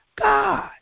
God